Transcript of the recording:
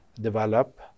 develop